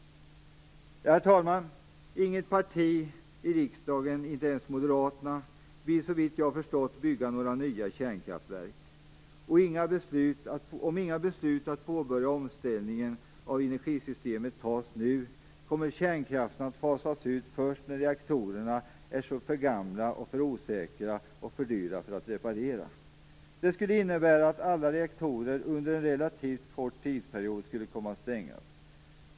Herr talman! Inget parti i riksdagen, inte ens Moderaterna, vill så vitt jag har förstått bygga några nya kärnkraftverk. Om inga beslut att påbörja omställningen av energisystemet tas nu kommer kärnkraften att fasas ut först när reaktorerna är för gamla, för osäkra och för dyra för att repareras. Det skulle innebära att alla reaktorer under en relativt kort tidsperiod skulle komma att stängas.